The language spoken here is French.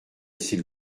s’il